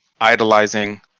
idolizing